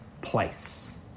place